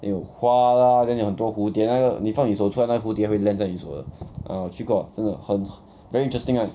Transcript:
有花 lah then 有很多蝴蝶那个你放你手出来那个蝴蝶会 land 在你手的 ah 去过真的很 very interesting lah